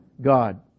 God